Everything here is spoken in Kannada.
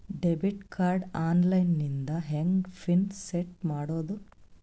ಡೆಬಿಟ್ ಕಾರ್ಡ್ ಆನ್ ಲೈನ್ ದಿಂದ ಹೆಂಗ್ ಪಿನ್ ಸೆಟ್ ಮಾಡೋದು?